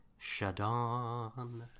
Shadon